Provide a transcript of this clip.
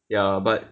ya but